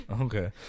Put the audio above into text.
Okay